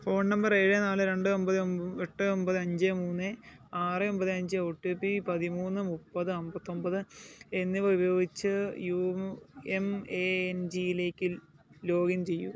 phone number ഏഴ് നാല് രണ്ട് ഒമ്പത് എട്ട് ഒമ്പത് അഞ്ച് മൂന്ന് ആറ് ഒമ്പത് അഞ്ച് ഒ ടി പി പതിമൂന്ന് മുപ്പത് അമ്പത്തൊമ്പത് എന്നിവ ഉപയോഗിച്ച് യു എം എ എൻ ജിലേക്ക് ലോഗിൻ ചെയ്യുക